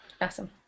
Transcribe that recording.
Awesome